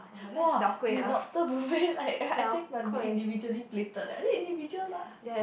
!wah! okay lobster buffet like I think must be individually plated eh I think individual lah